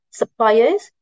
suppliers